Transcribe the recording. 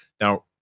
now